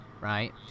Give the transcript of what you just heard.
right